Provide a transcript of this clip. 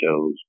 shows